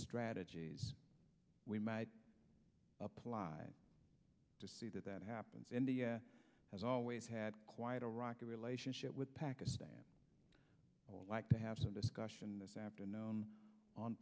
strategies we might apply to see that that happens india has always had quite a rocky relationship with pakistan or like to have some discussion this afternoon on